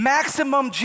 Maximum